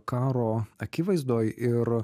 karo akivaizdoj ir